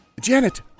Janet